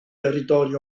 territori